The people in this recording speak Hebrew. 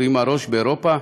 שהרימה ראש באירופה,